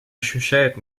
ощущает